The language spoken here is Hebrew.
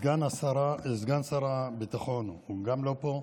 סגן שר הביטחון, הוא גם לא פה.